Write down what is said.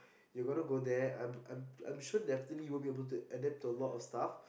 you got to go there I'm I'm I'm sure definitely you won't be able to adapt to a lot of stuff